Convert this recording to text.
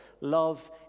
love